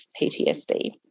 PTSD